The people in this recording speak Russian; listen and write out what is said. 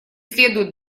следует